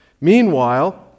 Meanwhile